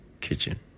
kitchen